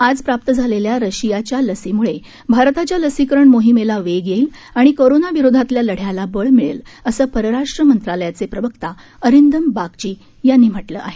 आज प्राप्त झालेल्या रशियाच्या लसीम्ळे भारताच्या लसीकरण मोहिमेला वेग येईल आणि कोरोना विरोधातल्या लढ़याला बळ मिळेल असं परराष्ट्र मंत्रालयाचे प्रवक्ता अरिंदम बागची यांनी म्हटलं आहे